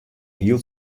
hiel